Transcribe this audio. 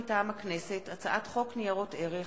מטעם הכנסת: הצעת חוק ניירות ערך